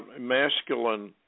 masculine